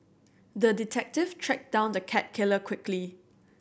the detective tracked down the cat killer quickly